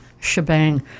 shebang